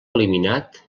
eliminat